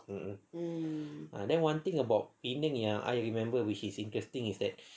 ah then one thing about penang ya I remember which is interesting is that